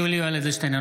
(קורא בשמות חברי הכנסת) יולי יואל אדלשטיין,